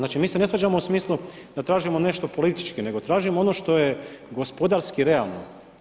Znači, mi se ne svađamo u smislu da tražimo nešto politički nego tražimo ono što gospodarski realno.